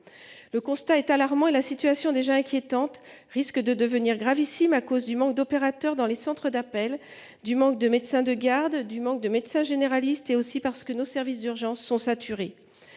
Le constat est alarmant et la situation, déjà inquiétante, risque de devenir gravissime à cause du manque d'opérateurs dans les centres d'appels, du manque de médecins de garde, du manque de médecins généralistes et, aussi, de la saturation de nos services d'urgence. Comment les